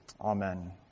Amen